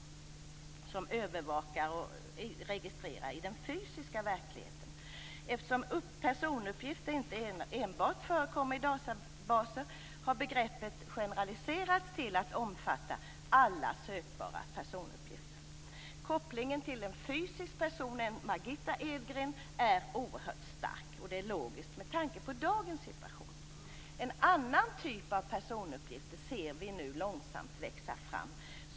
Det är övervakning och registrering i den fysiska verkligheten. Eftersom personuppgifter inte enbart förekommer i databaser har begreppet generaliserats till att omfatta alla sökbara personuppgifter. Kopplingen till den fysiska personen Margitta Edgren är oerhört stark, och det är logiskt med tanke på dagens situation. En annan typ av personuppgifter ser vi nu långsamt växa fram.